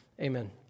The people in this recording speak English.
Amen